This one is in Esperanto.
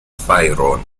fajron